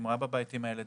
אם הוא היה בבית עם הילד,